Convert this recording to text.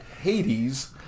Hades